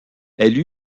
elle